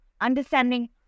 understanding